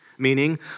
Meaning